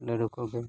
ᱞᱟᱹᱰᱩ ᱠᱚᱜᱮ